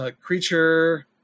Creature